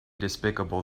despicable